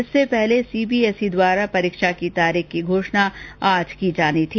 इससे पहले सीबीएसई द्वारा परीक्षा की तिथि की घोषणा आज की जानी थी